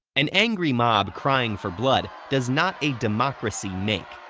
an angry mob crying for blood does not a democracy make.